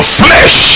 flesh